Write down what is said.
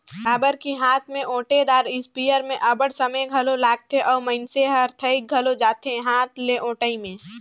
काबर कि हांथ में ओंटेदार इस्पेयर में अब्बड़ समे घलो लागथे अउ मइनसे हर थइक घलो जाथे हांथ ले ओंटई में